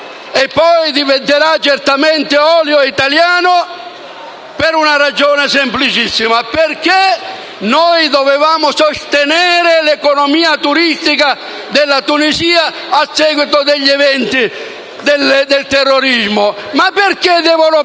poi diventerà certamente olio italiano, per una ragione semplicissima, perché dovevamo sostenere l'economia turistica della Tunisia a seguito degli eventi del terrorismo. Ma perché devono pagare